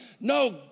No